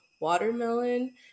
watermelon